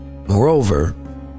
Moreover